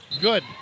Good